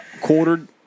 quartered